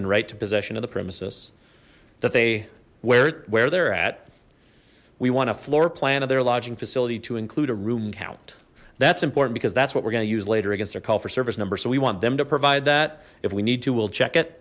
and right to possession of the premises that they wear it where they're at we want a floor plan of their lodging facility to include a room count that's important because that's what we're gonna use later against their call for service number so we want them to provide that if we need to we'll check it